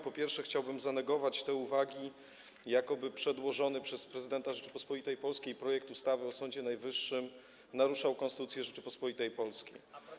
Przede wszystkim chciałbym zanegować te uwagi, jakoby przedłożony przez prezydenta Rzeczypospolitej Polskiej projekt ustawy o Sądzie Najwyższym naruszał Konstytucję Rzeczypospolitej Polskiej.